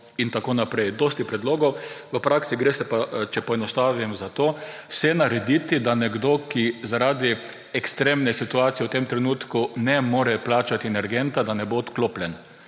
in tako naprej. Dosti predlogov, v praksi pa, če poenostavim, gre za to – vse narediti, da nekdo, ki zaradi ekstremne situacije v tem trenutku ne more plačati energenta, ne bo odklopljen.